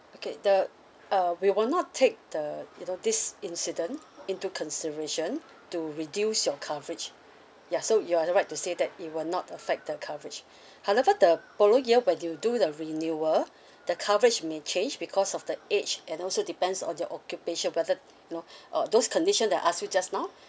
okay the uh we will not take the you know this incident into consideration to reduce your coverage ya so you are uh right to say that it will not affect the coverage however the following year when you do the renewal the coverage may change because of the age and also depends on your occupation whether you know or those condition that I asked you just now